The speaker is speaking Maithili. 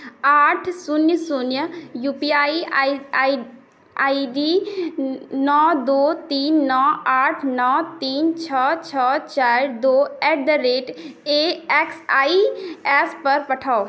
आठ शून्य शून्य U P I I D नओ दू तीन नओ आठ नओ तीन छओ छओ छओ चारि दू at the rate A X I S पर पठाउ